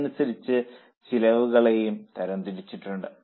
അതനുസരിച്ച് ചെലവുകളും തരംതിരിച്ചിട്ടുണ്ട്